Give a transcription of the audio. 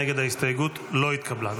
ההסתייגות לא התקבלה.